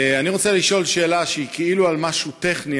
אני רוצה לשאול שאלה שהיא כאילו על משהו טכני,